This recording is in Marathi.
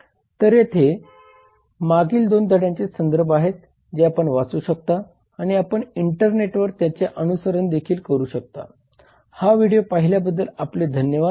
तर येथे मागील 2 धड्यांचे संदर्भ आहेत जे आपण वाचू शकता आणि आपण इंटरनेटवर त्यांचे अनुसरण देखील करू शकता हा व्हिडिओ पहिल्या बद्दल आपले धन्यवाद